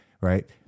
Right